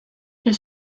elle